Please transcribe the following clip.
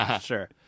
Sure